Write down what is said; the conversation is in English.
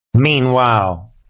Meanwhile